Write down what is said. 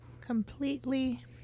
completely